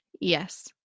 Yes